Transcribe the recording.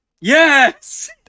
Yes